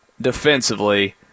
defensively